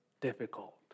difficult